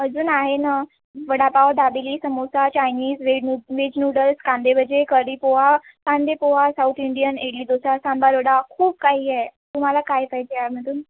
अजून आहे ना vada pav dabeli samosa Chinese veg noodles कांदे भजे कढी पोहा कांदे पोहा साउथ इंडियन इडली दोसा सांबार वडा खूप काही आहे तुम्हाला काय पाहिजे यामधून